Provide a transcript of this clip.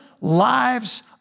lives